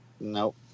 Nope